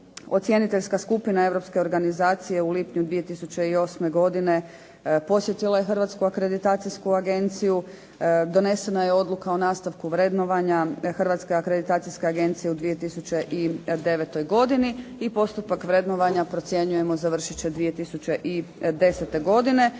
Ocjeniteljska skupina Europske organizacije u lipnju 2008. godine posjetila je Hrvatsku akreditacijsku agenciju. Donesena je odluka o nastavku vrednovanja Hrvatske akreditacijske agencije u 2009. godini. I postupak vrednovanja procjenjujemo završit će 2010. godine